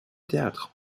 théâtre